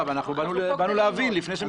יש שני